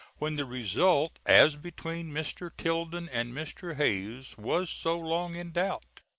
when the result as between mr. tilden and mr. hayes was so long in doubt.